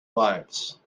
lives